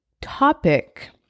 topic